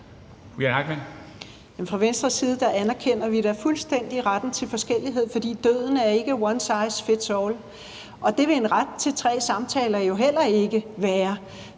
Fra Venstres side anerkender vi da fuldstændig retten til forskellighed, for døden er ikke one size fits all, og det vil en ret til tre samtaler jo heller ikke være,